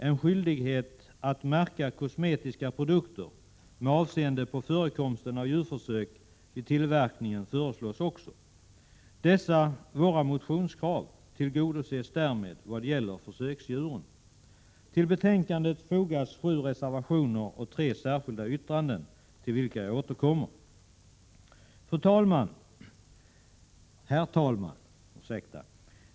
En skyldighet att märka kosmetiska produkter med avseende på förekomsten av djurförsök vid tillverkningen föreslås också. Dessa våra motionskrav tillgodoses därmed vad gäller försöksdjuren. Till betänkandet har fogats sju reservationer och tre särskilda yttranden, till vilka jag återkommer. Herr talman!